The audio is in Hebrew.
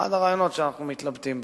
אחד הרעיונות שאנחנו מתלבטים בהם.